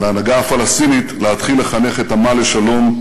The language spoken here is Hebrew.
על ההנהגה הפלסטינית להתחיל לחנך את עמה לשלום,